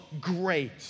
great